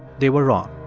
they were wrong.